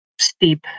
steep